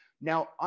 Now